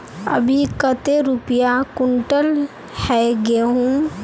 अभी कते रुपया कुंटल है गहुम?